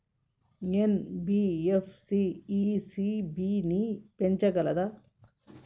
NBFC ECB ని పెంచగలదా?